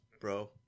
bro